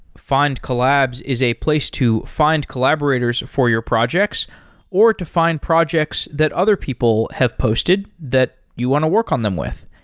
findcollabs is a place to find collaborators for your projects or to find projects that other people have posted that you want to work on them with.